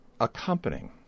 accompanying